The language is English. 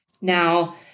Now